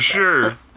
sure